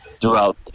throughout